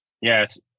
Yes